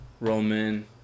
Roman